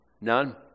None